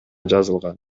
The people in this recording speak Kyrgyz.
жазылган